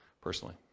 personally